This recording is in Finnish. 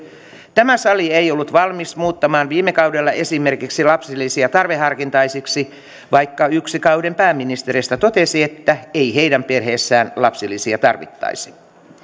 tämä sali ei ollut valmis muuttamaan viime kaudella esimerkiksi lapsilisiä tarveharkintaisiksi vaikka yksi kauden pääministereistä totesi että ei heidän perheessään lapsilisiä tarvittaisi